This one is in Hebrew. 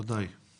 ודאי.